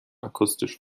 akustisch